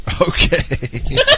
Okay